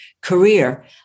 career